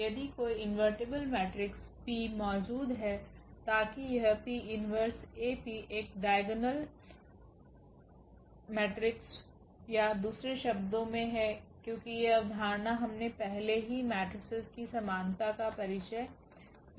यदि कोई invertible matrix P मौजूद है ताकि यह 𝑃−1𝐴𝑃 एक डाइगोनल मेट्रिक्स या दूसरे शब्दों में है क्योंकि यह अवधारणा हमने पहले ही मेट्रीसेस की समानता का परिचय दिया है